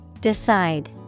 Decide